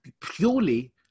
Purely